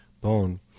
bone